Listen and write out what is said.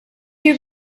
you